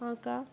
আঁকা